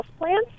houseplants